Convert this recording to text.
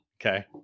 Okay